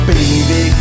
Baby